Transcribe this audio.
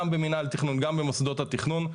גם במינהל התכנון, גם במוסדות התכנון.